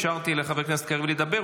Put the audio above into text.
אישרתי לחבר הכנסת קריב לדבר,